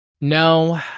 No